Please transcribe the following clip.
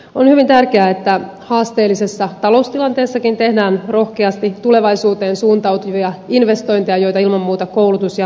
on hyvin tärkeää että haasteellisessa taloustilanteessakin tehdään rohkeasti tulevaisuuteen suuntautuvia investointeja joita ilman muuta koulutus ja tutkimus ovat